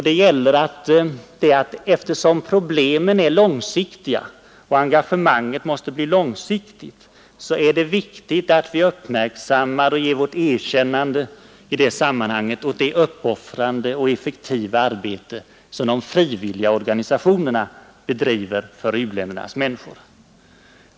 Eftersom problemen är långsiktiga och engagemanget måste bli långsiktigt, är det viktigt att vi uppmärksammar och ger vårt erkännande åt det uppoffrande och effektiva arbete som de frivilliga organisationerna bedriver för u-ländernas människor.